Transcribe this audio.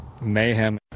mayhem